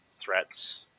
threats